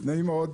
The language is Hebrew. נעים מאוד,